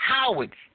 Howard